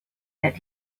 that